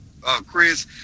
Chris